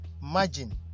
margin